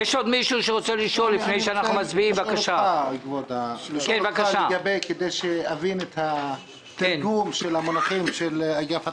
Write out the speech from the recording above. אני שואל כדי שאבין את התרגום של המהלכים של אגף התקציבים.